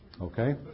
Okay